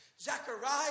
Zechariah